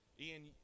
Ian